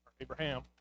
Abraham